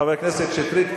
חבר הכנסת שטרית,